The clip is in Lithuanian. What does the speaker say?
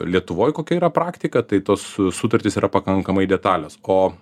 lietuvoj kokia yra praktika tai tos sutartys yra pakankamai detalios o